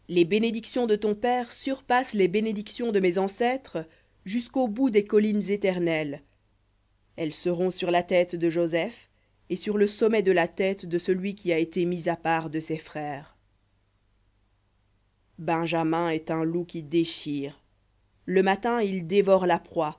les bénédictions de ton père surpassent les bénédictions de mes ancêtres jusqu'au bout des collines éternelles elles seront sur la tête de joseph et sur le sommet de la tête de celui qui a été mis à part de ses frères v benjamin est un loup qui déchire le matin il dévore la proie